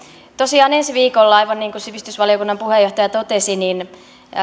tosiaan ensi viikolla aivan niin kuin sivistysvaliokunnan puheenjohtaja totesi